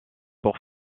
pour